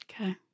okay